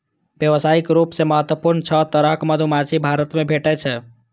व्यावसायिक रूप सं महत्वपूर्ण छह तरहक मधुमाछी भारत मे भेटै छै